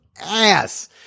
ass